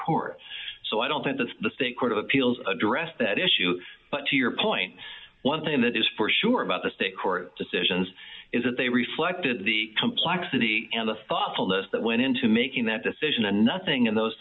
court so i don't think that the state court of appeals addressed that issue but to your point one thing that is for sure about the state court decisions is that they reflected the complexity and the thoughtfulness that went into making that decision and nothing in those